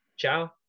Ciao